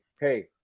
hey